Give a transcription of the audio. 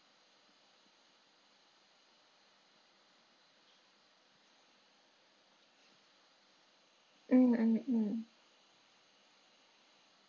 mm mm mm